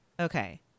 Okay